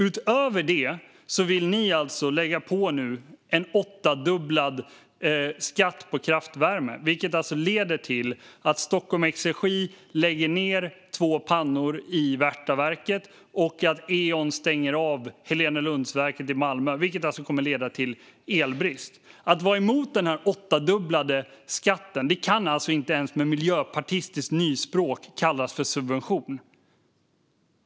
Utöver det vill ni nu lägga på en åttadubblad skatt på kraftvärme, vilket leder till att Stockholm Exergi lägger ned två pannor i Värtaverket och att Eon stänger av Helenelundsverket i Malmö, något som kommer att leda till elbrist. Att vara emot denna åttadubblade skatt kan inte ens med miljöpartistiskt nyspråk kallas för subvention.